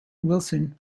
wilson